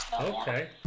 Okay